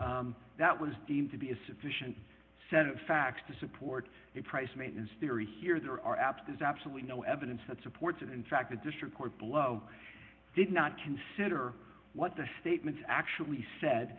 that was deemed to be a sufficient set of facts to support a price maintenance theory here there are apps there's absolutely no evidence that supports it in fact the district court below did not consider what the statements actually said